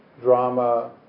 drama